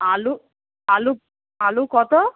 আলু আলু আলু কতো